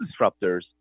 disruptors